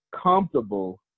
comfortable